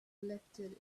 lifted